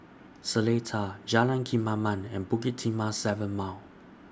Seletar Jalan Kemaman and Bukit Timah seven Mile